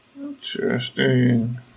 Interesting